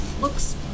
looks